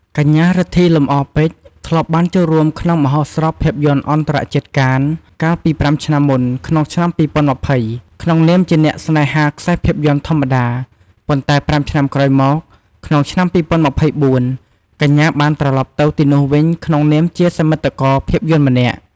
កញ្ញា រិទ្ធី លំអរពេជ្រ ធ្លាប់បានចូលរួមក្នុងមហោស្រពភាពយន្តអន្តរជាតិកាន កាលពី ៥ ឆ្នាំមុន ក្នុងឆ្នាំ ២០២០ ក្នុងនាមជាអ្នកស្នេហាខ្សែភាពយន្តធម្មតា ប៉ុន្តែ ៥ ឆ្នាំក្រោយមក ក្នុងឆ្នាំ ២០២៤ កញ្ញាបានត្រលប់ទៅទីនោះវិញក្នុងនាមជាសមិទ្ធករភាពយន្តម្នាក់។